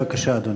בבקשה, אדוני.